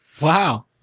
Wow